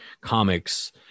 comics